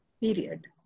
period